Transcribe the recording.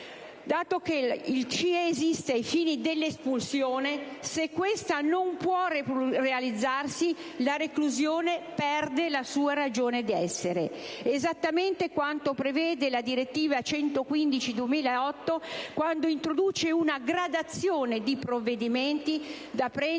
Dato che il CIE esiste ai fini dell'espulsione, se questa non può realizzarsi, la reclusione perde la sua ragione d'essere: esattamente quanto prevede la direttiva n. 115 del 2008, quando introduce una gradazione di provvedimenti da prendere